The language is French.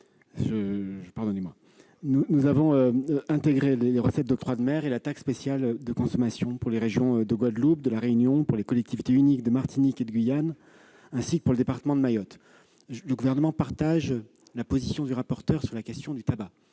compensation les recettes de l'octroi de mer et de la taxe spéciale de consommation pour les régions de Guadeloupe et de La Réunion, pour les collectivités uniques de Martinique et de Guyane, ainsi que pour le département de Mayotte. Le Gouvernement partage la position du rapporteur sur la question du tabac,